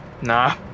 Nah